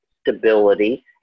stability